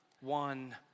one